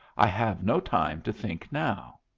i have no time to think now.